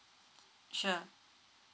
sure